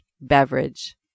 beverage